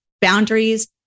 boundaries